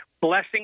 blessing